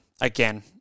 Again